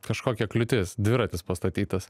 kažkokia kliūtis dviratis pastatytas